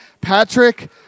Patrick